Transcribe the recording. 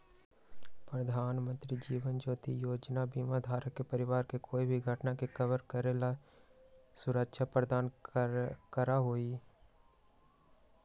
प्रधानमंत्री जीवन ज्योति बीमा योजना बीमा धारक के परिवार के कोई भी घटना के कवर करे ला सुरक्षा प्रदान करा हई